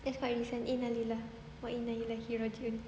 that's quite recent inna lillahi wa inna ilaihi raji'un